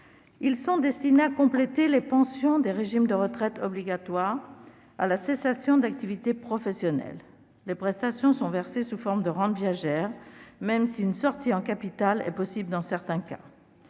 Ils sont destinés à compléter les pensions des régimes de retraite obligatoires à la cessation de l'activité professionnelle. Les prestations sont versées sous forme de rente viagère, même si une sortie en capital est possible dans certains cas.